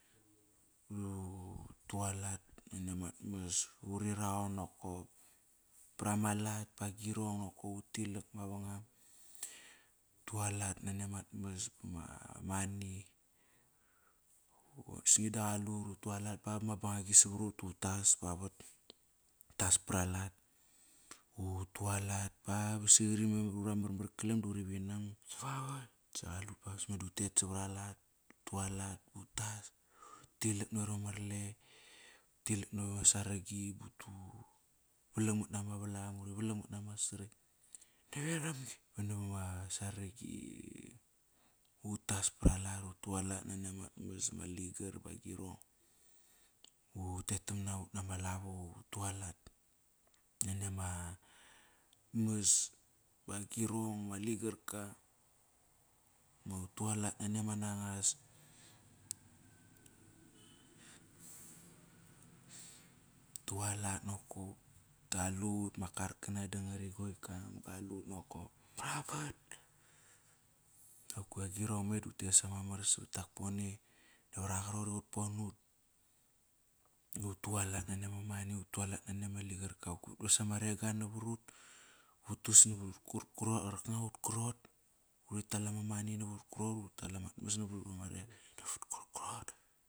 Utualat nani amat mas, uri raon nokop pra malat ba agirong nokop utilak mavangam, utualat nani amat mas ba ma money. Osni do qaliut ba bama bangang-gi sava rut du utas pavat utas para lat utu alat ba ba siqori memar ura marmar kalam da uri vinam sa vavat. Sa qalut ba si me du utet savaralt utualat, ba utas, utilak naveram ama role utilak naveram ama saragi. Valang mat nama valam uri valang mat nama srakt utas para lat, utu alat nani amat mas, ama ligar ba girong. Utet tamna utna ma lavo, utualat nani amat mas ba agirong, ma ligarka. Utualat nani ama nangas, utualat nokop. Kalut, ma karkona da ngari go ikam kalut nakop pavat. Kiagirong me do utes ama mar savat kiak pone nava rha qarot i qot ponut. Ba utualat nani ama mani, utalat nani ama ligkarka, vukpuk sama rega navo rut utas navar ut krot, qarkanga ut krot, uri tal ama mani navat ut krot, uri tal ama mani navat ut krot, uri tal amat mas navat ut krol.